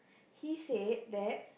he said that